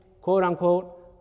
quote-unquote